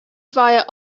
via